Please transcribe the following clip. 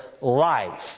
life